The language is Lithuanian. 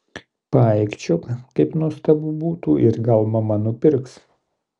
paaikčiok kaip nuostabu būtų ir gal mama nupirks